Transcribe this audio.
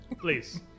Please